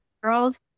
Girls